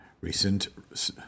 recent